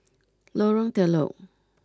Lorong Telok